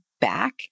back